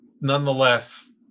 nonetheless